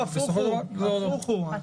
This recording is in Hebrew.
הפוך הוא.